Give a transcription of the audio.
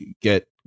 get